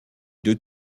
deux